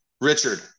Richard